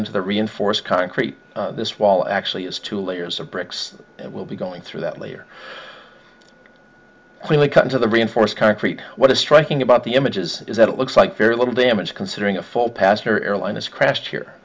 into the reinforced concrete this wall actually is two layers of bricks and will be going through that layer when they come to the reinforced concrete what is striking about the images is that it looks like very little damage considering a fall passenger airliners crashed here